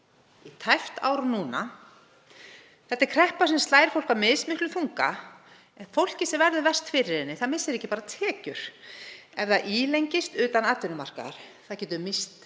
í tæpt ár núna. Þetta er kreppa sem slær fólk af mismiklum þunga. Fólkið sem verður verst fyrir henni missir ekki bara tekjur ef það ílengist utan atvinnumarkaðar, það getur misst